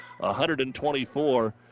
124